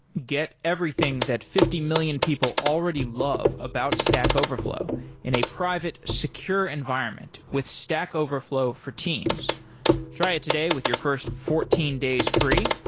get everything that fifty million people already love about stack overflow in a private, secure environment with stack overflow for teams try it today with your first fourteen days free,